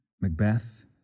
Macbeth